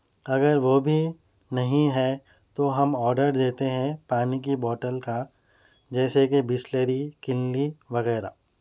اگر وہ بھی نہیں ہے تو ہم آڈر دیتے ہیں پانی کی بوٹل کا جیسے کی بسلری کنلی وغیرہ